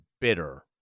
bitter